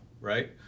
right